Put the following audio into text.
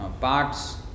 parts